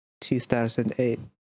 2008